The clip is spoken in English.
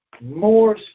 More